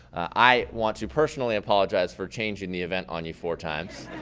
i want to personally apologize for changing the event on you four times.